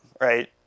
right